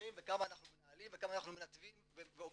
מכירים וכמה אנחנו מנהלים וכמה אנחנו מנתבים ועוקבים.